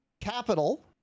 Capital